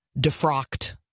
defrocked